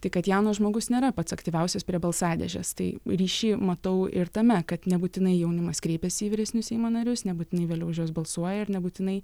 tai kad jaunas žmogus nėra pats aktyviausias prie balsadėžės tai ryšį matau ir tame kad nebūtinai jaunimas kreipiasi į vyresnius seimo narius nebūtinai vėliau už juos balsuoja ir nebūtinai